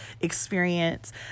experience